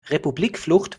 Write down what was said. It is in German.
republikflucht